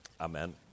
Amen